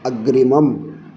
अग्रिमम्